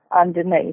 underneath